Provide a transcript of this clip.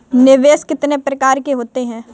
निवेश कितने प्रकार के होते हैं?